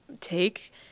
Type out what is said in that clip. take